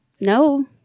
No